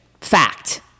Fact